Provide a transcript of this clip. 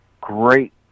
great